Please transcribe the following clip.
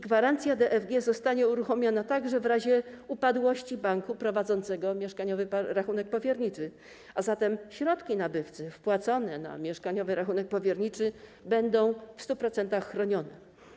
Gwarancja DFG zostanie uruchomiona także w razie upadłości banku prowadzącego mieszkaniowy rachunek powierniczy, a zatem środki nabywcy wpłacone na mieszkaniowy rachunek powierniczy będą w 100% chronione.